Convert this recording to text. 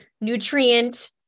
nutrient